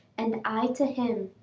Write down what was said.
and i to him,